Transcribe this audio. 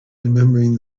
remembering